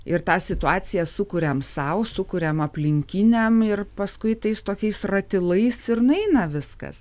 ir tą situaciją sukuriam sau sukuriam aplinkiniam ir paskui tais tokiais ratilais ir nueina viskas